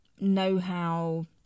know-how